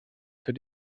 für